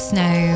Snow